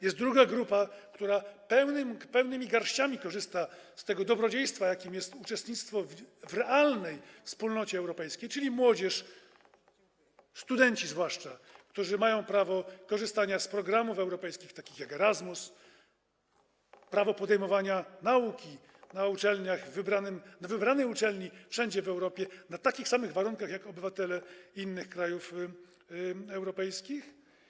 Jest druga grupa, która pełnymi garściami czerpie, korzysta z tego dobrodziejstwa, jakim jest uczestnictwo w realnej wspólnocie europejskiej, czyli młodzież, zwłaszcza studenci, którzy mają prawo korzystania z programów europejskich takich jak Erasmus, prawo podejmowania nauki na wybranej uczelni wszędzie w Europie na takich samych warunkach jak obywatele innych krajów europejskich.